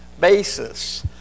basis